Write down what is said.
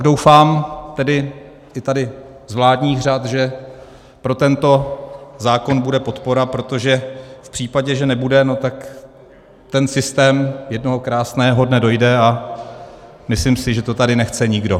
Doufám, že i tady z vládních řad pro tento zákon bude podpora, protože v případě, že nebude, tak ten systém jednoho krásného dne dojde a myslím si, že tohle tady nechce nikdo.